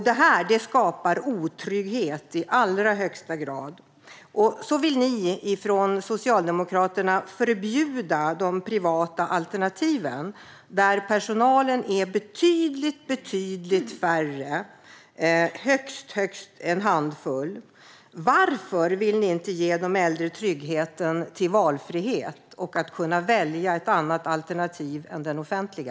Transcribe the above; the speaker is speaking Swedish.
Det här skapar otrygghet i allra högsta grad. Ni från Socialdemokraterna vill förbjuda de privata alternativen, där det är betydligt färre i personalen, högst en handfull. Varför vill ni inte ge de äldre tryggheten i valfrihet och möjligheten att välja ett annat alternativ än det offentliga?